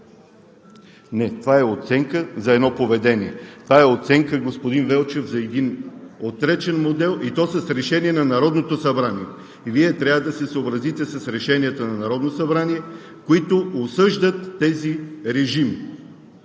Не, това е оценка за едно поведение. Това е оценка, господин Велчев, за един отречен модел, и то с Решение на Народното събрание. И Вие трябва да се съобразите с решенията на Народното събрание, които осъждат тези репресивни